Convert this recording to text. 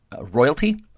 royalty